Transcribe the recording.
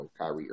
Kyrie